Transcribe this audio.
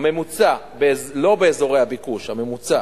הממוצע, לא באזורי הביקוש, הממוצע,